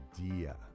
idea